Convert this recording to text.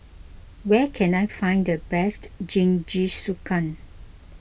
where can I find the best Jingisukan